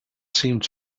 seemed